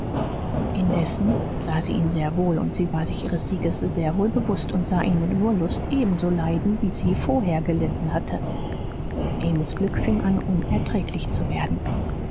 indessen sah sie ihn sehr wohl und sie war sich ihres sieges sehr wohl bewußt und sah ihn mit wollust ebenso leiden wie sie vorher gelitten hatte amys glück fing an unerträglich zu werden